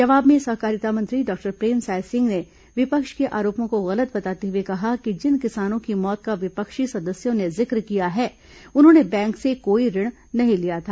जवाब में सहकारिता मंत्री डॉक्टर प्रेमसाय सिंह ने विपक्ष के आरोपों को गलत बताते हुए कहा कि जिन किसानों की मौत का विपक्षी सदस्यों ने जिक्र किया है उन्होंने बैंक से कोई ऋण नहीं लिया था